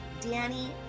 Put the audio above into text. Danny